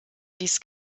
dies